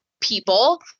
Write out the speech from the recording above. people